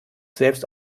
selbst